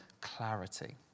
clarity